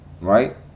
right